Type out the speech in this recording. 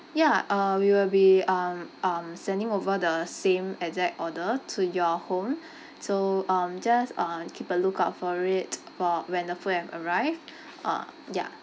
ya uh we will be um um sending over the same exact order to your home so um just uh keep a lookout for it for when the food have arrived uh ya